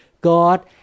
God